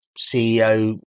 CEO